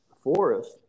forest